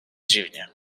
dziwnie